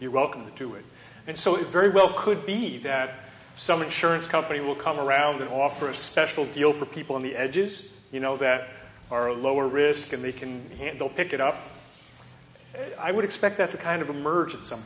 you're welcome to it and so it very well could be that some insurance company will come around and offer a special deal for people on the edges you know that are lower risk and they can handle pick it up i would expect that to kind of emergent some